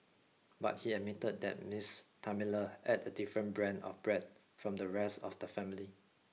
but he admitted that Miss Thelma ate a different brand of bread from the rest of the family